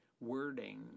wording